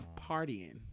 partying